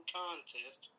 contest